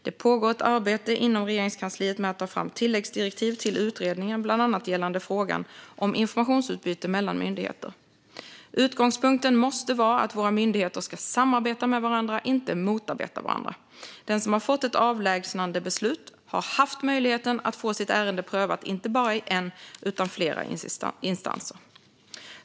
Det pågår ett arbete inom Regeringskansliet med att ta fram tilläggsdirektiv till utredningen, bland annat gällande frågan om informationsutbyte mellan myndigheter. Utgångspunkten måste vara att våra myndigheter ska samarbeta med varandra, inte motarbeta varandra. Den som fått ett avlägsnandebeslut har haft möjligheten att få sitt ärende prövat i inte bara en utan flera instanser.